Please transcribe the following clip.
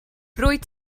rwyt